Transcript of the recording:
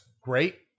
great